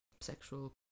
sexual